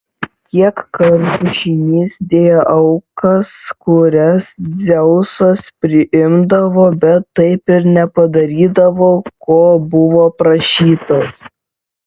kiek kartų žynys dėjo aukas kurias dzeusas priimdavo bet taip ir nepadarydavo ko buvo prašytas